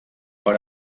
per